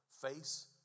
face